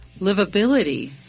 livability